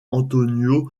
antonio